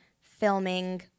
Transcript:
filming